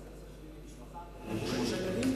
למשפחה עם שלושה ילדים?